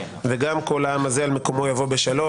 וגם כל העם הזה יבוא על מקומו בשלום.